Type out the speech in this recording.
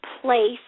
place